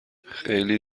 خیلی